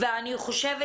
אני חושבת